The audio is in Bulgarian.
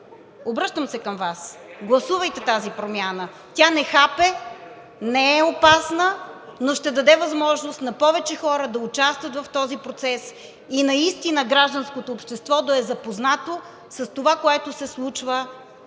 Промяната“), гласувайте тази промяна. Тя не хапе, не е опасна, но ще даде възможност на повече хора да участват в този процес и наистина гражданското общество да е запознато с това, което се случва в комисиите